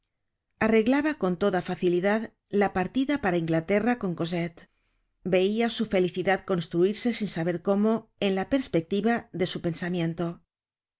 arreglaba con toda facilidad la partida para inglaterra con cosette veia su felicidad construirse sin saber cómo en la perspectiva de su pensamiento